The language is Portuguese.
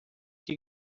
que